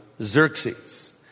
Xerxes